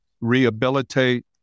rehabilitate